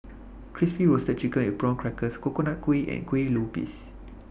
Crispy Roasted Chicken with Prawn Crackers Coconut Kuih and Kueh Lupis